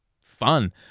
Fun